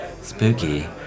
Spooky